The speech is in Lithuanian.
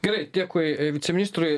gerai dėkui viceministrui